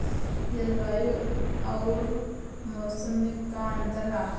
जलवायु अउर मौसम में का अंतर ह?